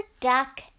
duck